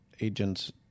agents